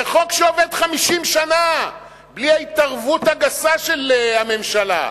זה חוק שעובד 50 שנה בלי ההתערבות הגסה של הממשלה.